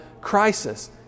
crisis